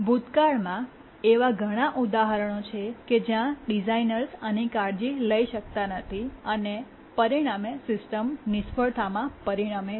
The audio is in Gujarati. ભૂતકાળમાં એવા ઘણા ઉદાહરણો છે કે જ્યાં ડિઝાઇનર્સ આની કાળજી લઈ શકતા નથી અને પરિણામે સિસ્ટમ નિષ્ફળતામાં પરિણમે છે